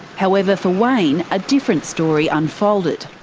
however, for wayne a different story unfolded.